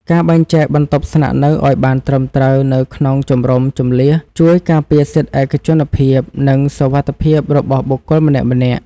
ការបែងចែកបន្ទប់ស្នាក់នៅឱ្យបានត្រឹមត្រូវនៅក្នុងជំរំជម្លៀសជួយការពារសិទ្ធិឯកជនភាព និងសុវត្ថិភាពរបស់បុគ្គលម្នាក់ៗ។